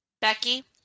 Becky